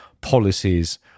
policies